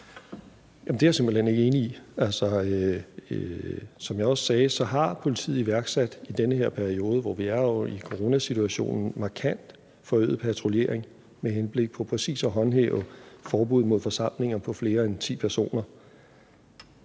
Det er jeg simpelt hen ikke enig i. Altså, som jeg også sagde, har politiet i den her periode, hvor vi er i coronasituationen, iværksat en markant forøget patruljering med henblik på præcis at håndhæve forbuddet mod forsamlinger på flere end ti personer.